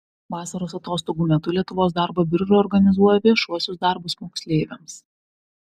vasaros atostogų metu lietuvos darbo birža organizuoja viešuosius darbus moksleiviams